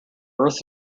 earth